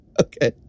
Okay